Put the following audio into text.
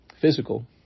physical